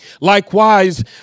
Likewise